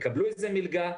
יקבלו איזו מלגה,